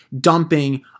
dumping